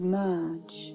merge